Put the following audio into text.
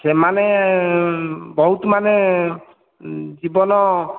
ସେମାନେ ବହୁତ ମାନେ ଜୀବନ